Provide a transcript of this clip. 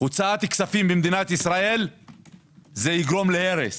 הוצאת כספים במדינת ישראל יגרום להרס